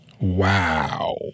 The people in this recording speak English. Wow